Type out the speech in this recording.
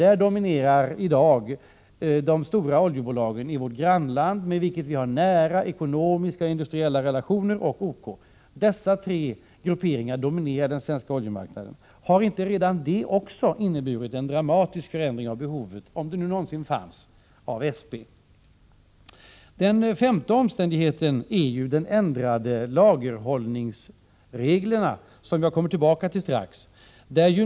Där dominerar i dag de stora oljebolagen i vårt grannland, med vilket vi har nära ekonomiska och industriella relationer, samt OK. Dessa tre grupperingar dominerar den svenska oljemarknaden. Har inte också redan det inneburit en dramatisk förändring av behovet av SP — om det nu någonsin fanns? Den fjärde omständigheten är ju de ändrade lagerhållningsreglerna, som jag strax kommer tillbaka till.